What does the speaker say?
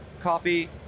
coffee